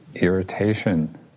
irritation